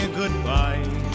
goodbye